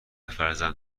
فرزند